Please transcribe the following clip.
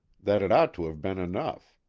that it ought to have been enough.